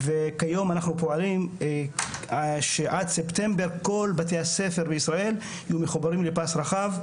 כיום אנחנו פועלים שעד ספטמבר כל בתי הספר בישראל יהיו מחוברים לפס רחב.